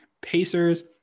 Pacers